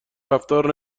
رفتار